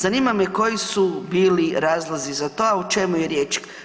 Zanima me koji su bili razlozi za to, a u čemu je riječ?